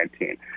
2019